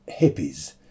hippies